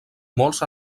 molts